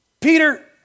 Peter